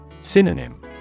Synonym